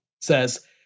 says